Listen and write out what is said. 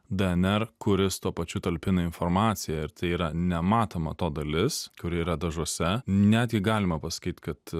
dnr kuris tuo pačiu talpina informaciją ir tai yra nematoma to dalis kuri yra dažuose netgi galima pasakyt kad